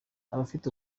abafite